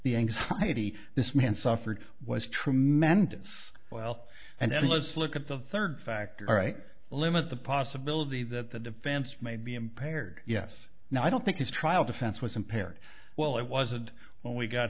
the anxiety this man suffered was tremendous well and then let's look at the third factor right limit the possibility that the defense may be impaired yes now i don't think his trial defense was impaired well it wasn't when we got